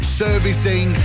servicing